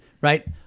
right